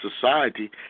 society